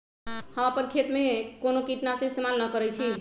हम अपन खेत में कोनो किटनाशी इस्तमाल न करई छी